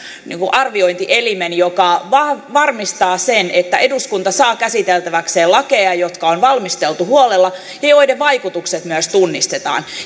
arviointielimen joka varmistaa sen että eduskunta saa käsiteltäväkseen lakeja jotka on valmisteltu huolella ja joiden vaikutukset myös tunnistetaan